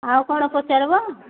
ଆଉ କ'ଣ ପଚାରିବ